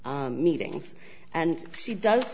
meetings and she does